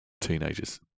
teenagers